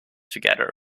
together